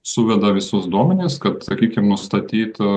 suveda visus duomenis kad sakykim nustatyt